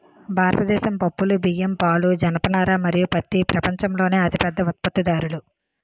భారతదేశం పప్పులు, బియ్యం, పాలు, జనపనార మరియు పత్తి ప్రపంచంలోనే అతిపెద్ద ఉత్పత్తిదారులు